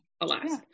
alas